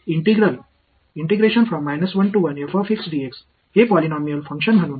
எனவே ஒருங்கிணைந்த இது ஒரு பாலினாமியல் செயல்பாடுகளாகும் எனவே இது ஒருங்கிணைப்பது அற்பமானது